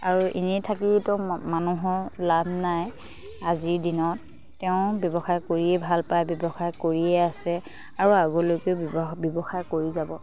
আৰু এনেই থাকিতো মানুহৰ লাভ নাই আজিৰ দিনত তেওঁ ব্যৱসায় কৰিয়েই ভাল পায় ব্যৱসায় কৰিয়ে আছে আৰু আগলৈকৈয়ো ব্যৱসায় কৰি যাব